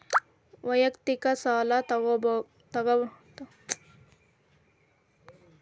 ವೈಯಕ್ತಿಕ ಸಾಲ ತಗೋಳಾಕ ಬೇಕಾಗುವಂಥ ದಾಖಲೆಗಳ ಬಗ್ಗೆ ತಿಳಸ್ರಿ